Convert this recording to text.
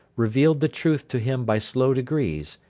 revealed the truth to him by slow degrees,